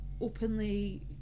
openly